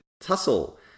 tussle